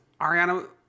Ariana